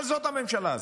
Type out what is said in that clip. אבל זאת הממשלה הזאת,